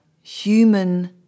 human